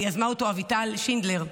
יזמה אותו אביטל שינדלר,